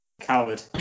Coward